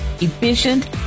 efficient